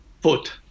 foot